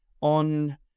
on